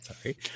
sorry